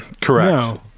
Correct